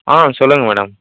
ஆ சொல்லுங்கள் மேடம்